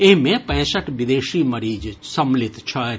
एहि मे पैंसठ विदेशी मरीज सेहो सम्मिलित छथि